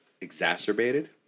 exacerbated